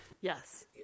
Yes